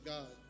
God